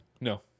No